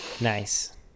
nice